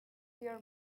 yer